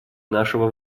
нашего